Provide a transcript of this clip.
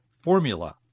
formula